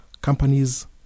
companies